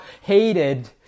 hated